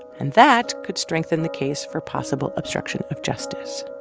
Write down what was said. and that could strengthen the case for possible obstruction of justice.